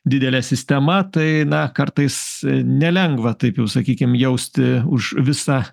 didelė sistema tai na kartais nelengva taip jau sakykim jausti už visą